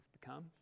become